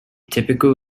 typical